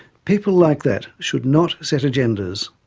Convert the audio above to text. people like that should not set agendas.